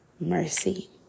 mercy